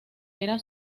era